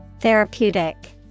Therapeutic